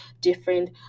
different